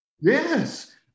Yes